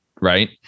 right